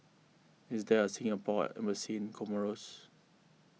is there a Singapore Embassy in Comoros